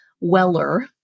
weller